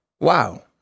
Wow